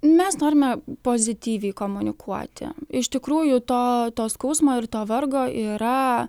mes norime pozityviai komunikuoti iš tikrųjų to to skausmo ir to vargo yra